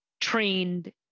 trained